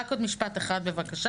רק עוד משפט אחד בבקשה,